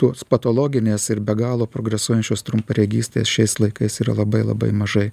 tuos patologinės ir be galo progresuojančios trumparegystės šiais laikais yra labai labai mažai